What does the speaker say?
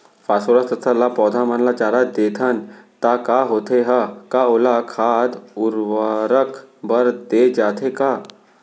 Phosphorus तथा ल पौधा मन ल जादा देथन त का होथे हे, का ओला खाद उर्वरक बर दे जाथे का?